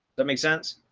that makes sense.